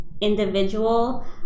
individual